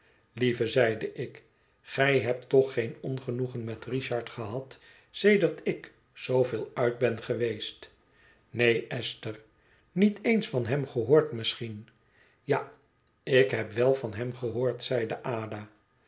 lieve zeide ik gij hebt toch geen ongenoegen met richard gehad sedert ik zooveel uit ben geweest neen esther niet eens van hem gehoord misschien ja ik heb wel van hem gehoord zeide ada